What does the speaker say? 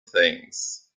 things